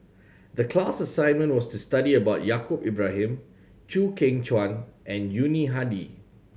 the class assignment was to study about Yaacob Ibrahim Chew Kheng Chuan and Yuni Hadi